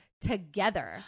together